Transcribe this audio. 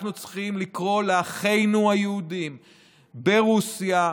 אנחנו צריכים לקרוא לאחינו היהודים ברוסיה,